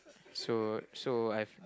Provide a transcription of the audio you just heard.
so so I've